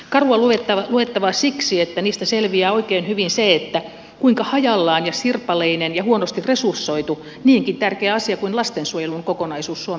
karua luettavaa siksi että niistä selviää oikein hyvin se kuinka hajallaan ja sirpaleinen ja huonosti resursoitu niinkin tärkeä asia kuin lastensuojelun kokonaisuus suomessa on